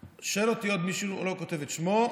שואל אותי עוד מישהו, הוא לא כותב את שמו: